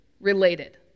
related